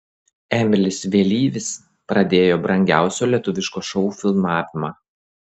emilis vėlyvis pradėjo brangiausio lietuviško šou filmavimą